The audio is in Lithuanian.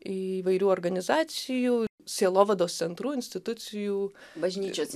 įvairių organizacijų sielovados centrų institucijų bažnyčios